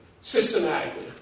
systematically